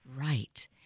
Right